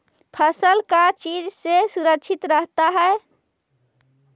फसल का चीज से सुरक्षित रहता है?